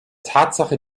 tatsache